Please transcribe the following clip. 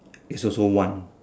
is also one